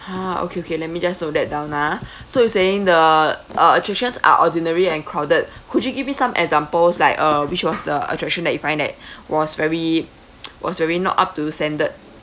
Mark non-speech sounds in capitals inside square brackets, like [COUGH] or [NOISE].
!huh! okay okay let me just note that down ah so you saying the uh attractions are ordinary and crowded would you give me some examples like uh which was the attraction that you find that [BREATH] was very [NOISE] was very not up to standard